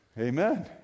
amen